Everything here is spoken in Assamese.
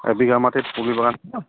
এবিঘা মাটিত পুলিবাগান